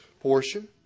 portion